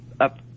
up